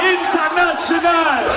International